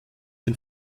den